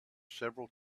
several